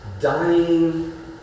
dying